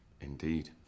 Indeed